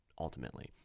ultimately